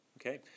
Okay